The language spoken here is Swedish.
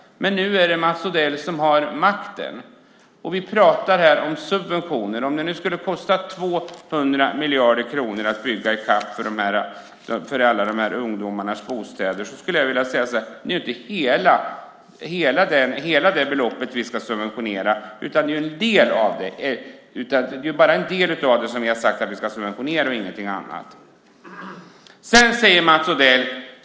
Men nu är det Mats Odell som har makten. Vi talar här om subventioner. Om det nu skulle kosta 200 miljarder kronor att bygga i kapp så att alla dessa ungdomar kan få en bostad så är det ju inte hela detta belopp som vi ska subventionera, utan vi har sagt att vi ska subventionera bara en del av det.